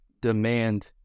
demand